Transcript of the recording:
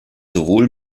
sowohl